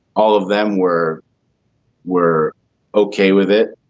all of them were were ok with it.